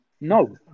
No